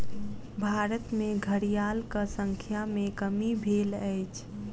भारत में घड़ियालक संख्या में कमी भेल अछि